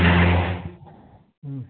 હા